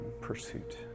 pursuit